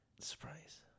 Surprise